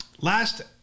last